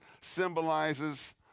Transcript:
symbolizes